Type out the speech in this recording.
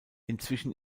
inzwischen